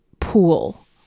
pool